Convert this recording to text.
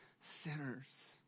sinners